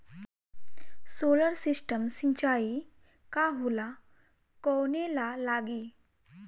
Solar system सिचाई का होला कवने ला लागी?